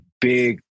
big